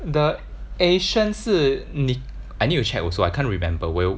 the asian 是你 I need to check also I can't remember 我有